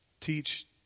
teach